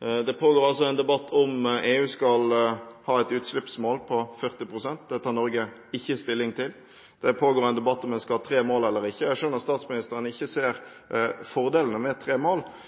Det pågår en debatt om EU skal ha et utslippsmål på 40 pst. Det tar Norge ikke stilling til. Det pågår en debatt om en skal ha tre mål eller ikke. Jeg skjønner statsministeren ikke ser fordelene med tre mål,